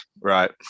Right